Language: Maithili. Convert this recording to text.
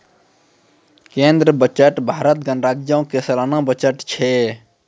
केंद्रीय बजट भारत गणराज्यो के सलाना बजट छै